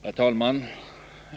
Herr talman!